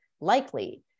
likely